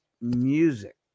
music